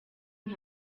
nta